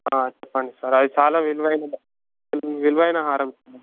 చెప్పండి సార్ అది చాలా విలువైన వి విలువైన హారం సార్